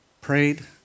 prayed